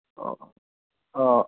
অঁ অঁ